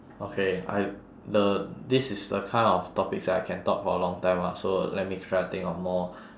okay I the this is the kind of topics that I can talk for a long time ah so let me try and think of more